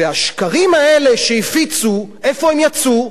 והשקרים האלה שהפיצו, איפה הם יצאו?